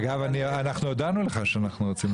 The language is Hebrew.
אגב, אנחנו הודענו לך שאנחנו רוצים לעשות את זה.